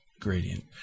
gradient